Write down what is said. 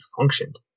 functioned